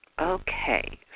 Okay